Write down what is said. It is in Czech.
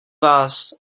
vás